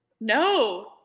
No